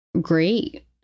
great